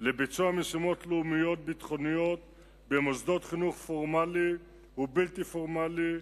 לביצוע משימות לאומיות ביטחוניות במוסדות חינוך פורמלי ובלתי פורמלי,